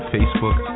Facebook